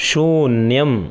शून्यम्